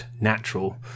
natural